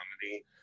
comedy